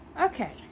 okay